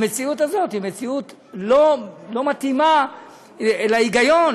המציאות הזאת לא מתאימה להיגיון,